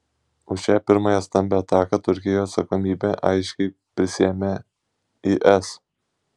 už šią pirmąją stambią ataką turkijoje atsakomybę aiškiai prisiėmė is